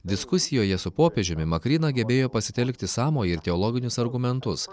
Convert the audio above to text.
diskusijoje su popiežiumi makryna gebėjo pasitelkti sąmojį ir teologinius argumentus